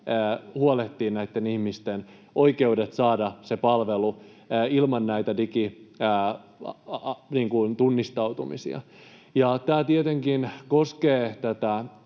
huolehtimaan näitten ihmisten oikeudet saada se palvelu ilman digitunnistautumisia. Tämä tietenkin koskee tätä